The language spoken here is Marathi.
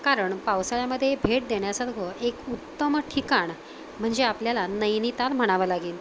कारण पावसाळ्यामध्ये भेट देण्यासारखं एक उत्तम ठिकाण म्हणजे आपल्याला नैनिताल म्हणावं लागेल